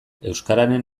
euskararen